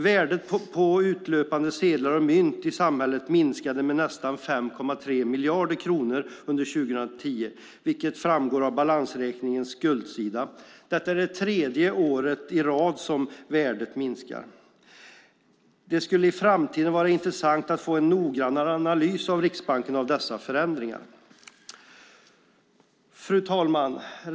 Värdet på utelöpande sedlar och mynt i samhället minskade med nästan 5,3 miljarder kronor under 2010, vilket framgår av balansräkningens skuldsida. Det är tredje året i rad som värdet minskar. Det skulle i framtiden vara intressant att få en noggrannare analys från Riksbanken av dessa förändringar. Fru talman!